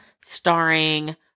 starring